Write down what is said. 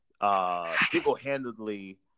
single-handedly